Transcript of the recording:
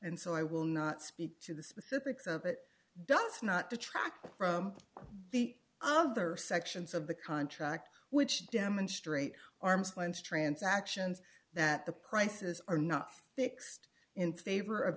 and so i will not speak to the specifics of it does not detract from the other sections of the contract which demonstrate arm's length transactions that the prices are not fixed in favor of